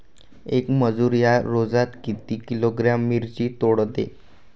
येक मजूर या रोजात किती किलोग्रॅम मिरची तोडते?